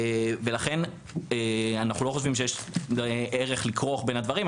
לכן אנחנו לא חושבים שיש ערך לכרוך בין הדברים.